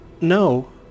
No